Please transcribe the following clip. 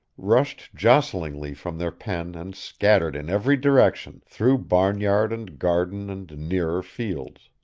rushed jostlingly from their pen and scattered in every direction, through barnyard and garden and nearer fields.